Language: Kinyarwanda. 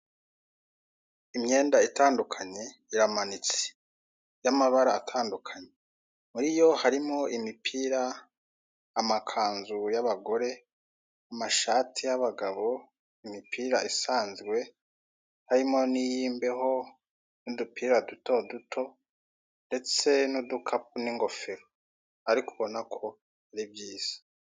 Imyenda itandukanye iramanitse, y'amabara atandukanye, muri yo harimo imipira, amakanzu y'abagore, amashati y'abagabo, imipira isanzwe, harimo n'iy'imbeho, n'udupira dutoduto, ndetse n'udukapu n'ingofero ariko ubona ko ari byiza.